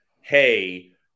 hey